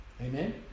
Amen